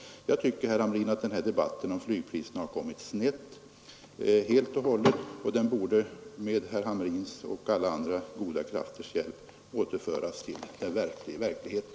Jag tycker, herr Hamrin, att den här debatten om flygpriserna har kommit snett helt och hållet, och den borde med herr Hamrins och alla andra goda krafters hjälp återföras till verkligheten.